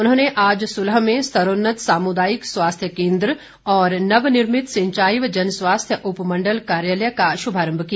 उन्होंने आज सुलह में स्तरोन्न्त सामुदायिक स्वास्थ्य केन्द्र और नवनिर्मित सिंचाई व जन स्वास्थ्य उपमण्डल कार्यालय का शुभारम्भ किया